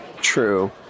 True